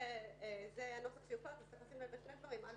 ככל שזה יהיה הנוסח, צריך לשים לב לשני דברים: א.